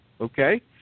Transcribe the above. okay